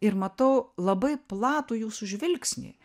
ir matau labai platų jūsų žvilgsnį